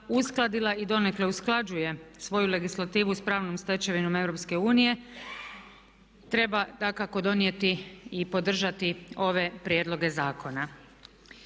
uskladila i donekle usklađuje svoju legislativu s pravnom stečevinom EU treba dakako donijeti i podržati ove prijedloge zakona.